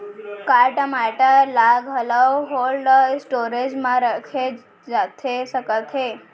का टमाटर ला घलव कोल्ड स्टोरेज मा रखे जाथे सकत हे?